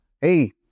hey